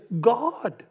God